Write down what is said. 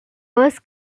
was